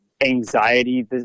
anxiety